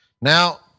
Now